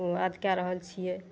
याद कए रहल छियै